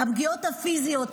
הפגיעות הפיזיות,